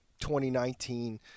2019